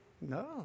No